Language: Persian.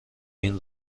این